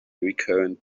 recurrent